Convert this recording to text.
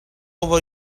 over